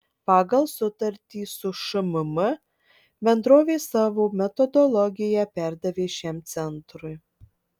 pagal sutartį su šmm bendrovė savo metodologiją perdavė šiam centrui